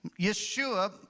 Yeshua